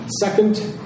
second